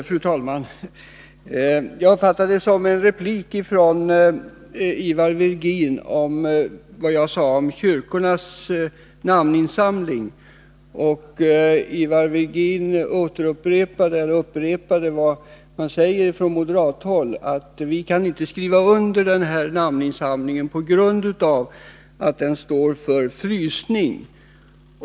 Fru talman! Jag uppfattade det så, att Ivar Virgin invände mot vad jag sade om kyrkornas namninsamling. Ivar Virgin upprepade vad man brukar säga från moderat håll, nämligen att man inte kan ställa upp bakom kyrkornas namninsamling på grund av att den talar för en frysning.